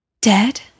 Dead